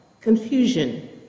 Confusion